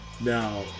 Now